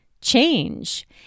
change